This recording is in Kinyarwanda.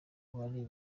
bari